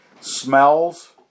smells